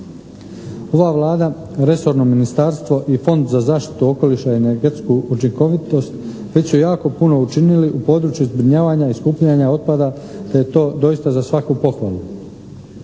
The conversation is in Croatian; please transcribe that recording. Ova Vlada, resorno ministarstvo i Fond za zaštitu okoliša i energetsku učinkovitost već su jako puno učinili u području zbrinjavanja i skupljanja otpada da je to doista za svaku pohvalu.